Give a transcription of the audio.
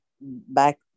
back